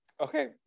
Okay